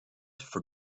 for